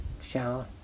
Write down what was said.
shower